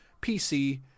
PC